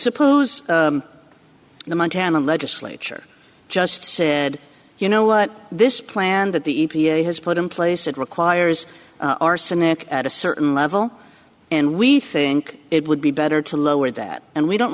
suppose the montana legislature just said you know what this plan that the e p a has put in place that requires arsenic at a certain level and we think it would be better to lower that and we don't